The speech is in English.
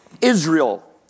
Israel